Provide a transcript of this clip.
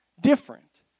different